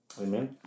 Amen